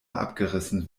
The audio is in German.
abgerissen